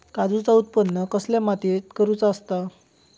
काजूचा उत्त्पन कसल्या मातीत करुचा असता?